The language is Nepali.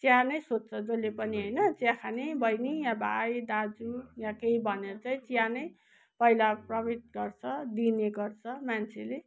चिया नै सोध्छ जसले पनि होइन चिया खाने बहिनी या भाइ दाजु या केही भनेर चाहिँ चिया नै पहिला प्रवित गर्छ दिने गर्छ मान्छेले